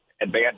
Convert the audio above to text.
advanced